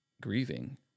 grieving